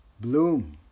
bloom